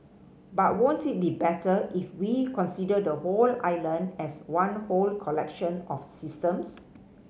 but won't it be better if we consider the whole island as one whole collection of systems